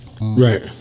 Right